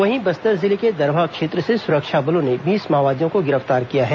वहीं बस्तर जिले के दरभा क्षेत्र से सुरक्षा बलों ने बीस माओवादियों को गिरफ्तार किया है